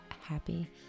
happy